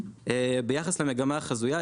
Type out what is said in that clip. ביחס למגמה החזויה,